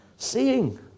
Seeing